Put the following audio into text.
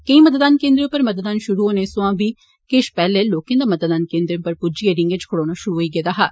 केंई मतदान केंद्रें पर मतदान षुरू होनें सोआं बी किष पैहलै लोकें दा मतदान केन्द्रें पर पुज्जिए रींगें च खड़ोना षुरू होई गेदा हा